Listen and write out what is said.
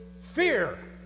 fear